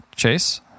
chase